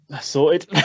Sorted